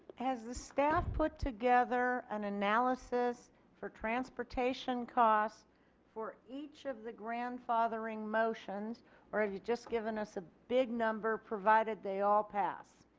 has the staff put together an analysis for transportation costs for each of the grandfathering motions or have you just given us a big number provided they all pass.